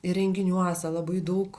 ir renginiuose labai daug